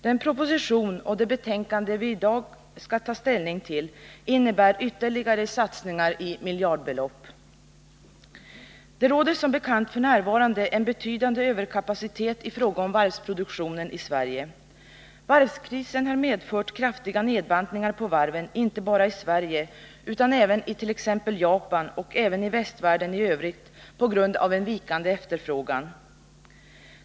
Den proposition och det betänkande vi i dag skall ta ställning till innebär ytterligare satsningar i miljardbelopp. Det råder som bekant f.n. en betydande överkapacitet i fråga om varvsproduktionen i Sverige. Varvskrisen har medfört kraftiga nedbantningar på varven inte bara i Sverige utan även i t.ex. Japan och också i västvärlden i övrigt på grund av en vikande efterfrågan.